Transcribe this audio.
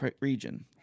region